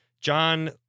John